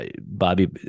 Bobby